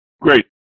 Great